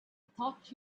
thought